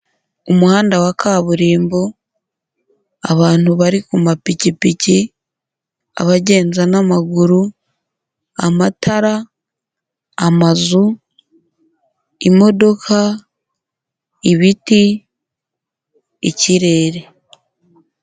Umuhanda wa kaburimbo, abantu bari ku mapikipiki, abagendaza n'amaguru, amatara, amazu, imodoka, ibiti, ikirere.